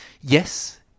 yes